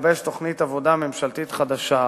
לגבש תוכנית עבודה ממשלתית חדשה,